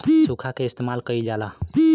सुखा के इस्तेमाल कइल जाला